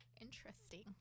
Interesting